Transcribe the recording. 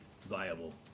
viable